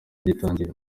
gitangira